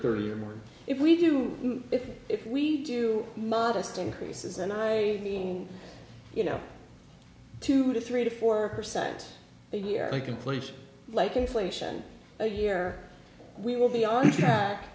thirty or more if we do if we do modest increases and i mean you know two to three to four percent a year like inflation like inflation a year we will be on track